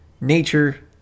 nature